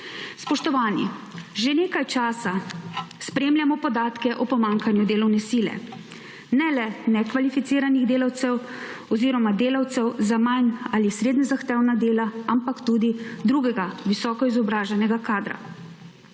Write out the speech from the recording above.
Spoštovani! Že nekaj časa spremljamo podatke o pomanjkanju delovne sile, ne le nekvalificiranih delavcev oziroma delavcev za manj ali srednje zahtevna dela, ampak tudi drugega visoko izobraženega kadra.